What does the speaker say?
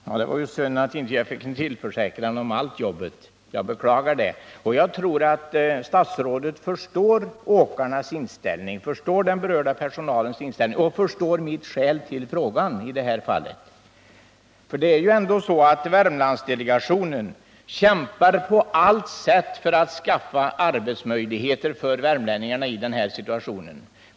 Herr talman! Det var synd att jag inte fick en försäkran om allt jobb — jag beklagar det. Och jag tror att statsrådet förstår åkarnas och den berörda personalens inställning och förstår mitt skäl till frågan. Värmlandsdelegationen kämpar på allt sätt för att skaffa arbetsmöjligheter för värmlänningarna i den den här situationen.